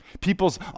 People's